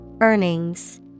Earnings